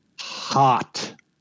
hot